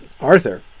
Arthur